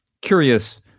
curious